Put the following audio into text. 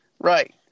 right